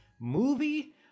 movie